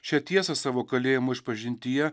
šią tiesą savo kalėjimo išpažintyje